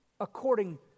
according